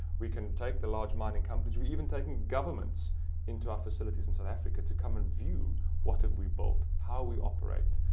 we can take the large mining companies. we're even taking governments into our facilities in south africa to come and view what have we bought, how we operate,